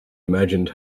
imagined